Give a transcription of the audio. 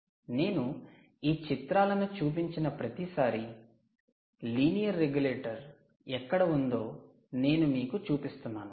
నేను ఈ చిత్రాలను చూపించిన ప్రతిసారీ లీనియర్ రెగ్యులేటర్ ఎక్కడ ఉందో నేను మీకు చూపిస్తున్నాను